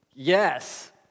Yes